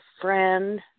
friend